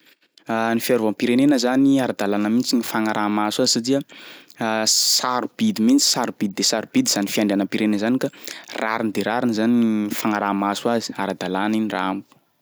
Ny fiarovam-pirenena zany, ara-dalàna mitsy ny fagnaraha-maso azy satsia sarobidy mihitsy, sarobidy de sarobidy zany fiandrianam-pirenena zany ka rariny de rariny zany fagnaraha-maso azy, ara-dalàna igny raha amiko.